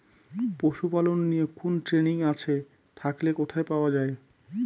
পশুপালন নিয়ে কোন ট্রেনিং আছে থাকলে কোথায় পাওয়া য়ায়?